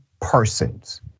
persons